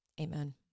Amen